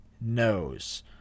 knows